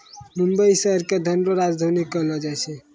मुंबई शहर के धन रो राजधानी कहलो जाय छै